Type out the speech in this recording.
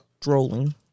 strolling